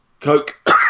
Coke